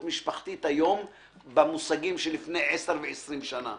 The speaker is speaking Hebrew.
משפחתית היום במושגים של לפני 10 ו-20 שנה.